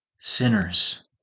sinners